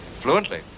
Fluently